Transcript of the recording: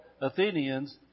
Athenians